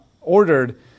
ordered